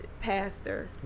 pastor